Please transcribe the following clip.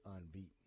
unbeaten